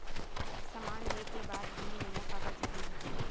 समान ले के बाद बिल लेना काबर जरूरी होथे?